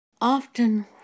Often